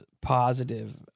positive